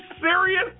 serious